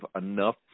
enough